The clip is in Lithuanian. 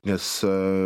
nes a